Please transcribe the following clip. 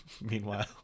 meanwhile